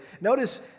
Notice